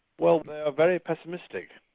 well they are very pessimistic.